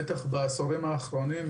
בטח בעשורים האחרונים,